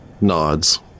nods